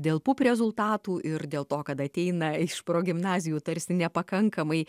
dėl pup rezultatų ir dėl to kad ateina iš progimnazijų tarsi nepakankamai